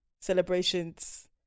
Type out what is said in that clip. celebrations